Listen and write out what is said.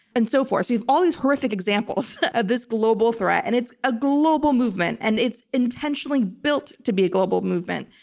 and so forth. we've got all these horrific examples of this global threat, and it's a global movement, and it's intentionally built to be a global movement.